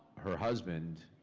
her husband,